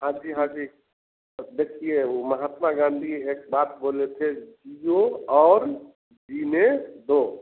हाँ जी हाँ जी तब देखिए वह महात्मा गांधी एक बात बोले थे जियो और जीने दो